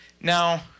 now